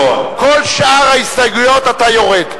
בכל שאר ההסתייגויות אתה יורד.